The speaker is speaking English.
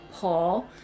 Paul